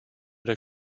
der